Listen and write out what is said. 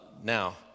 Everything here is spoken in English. Now